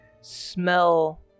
smell